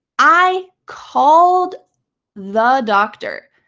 i called the doctor.